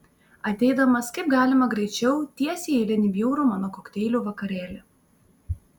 ateidamas kaip galima greičiau tiesiai į eilinį bjaurų mano kokteilių vakarėlį